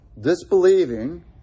Disbelieving